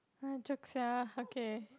joke sia okay